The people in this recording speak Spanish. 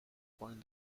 con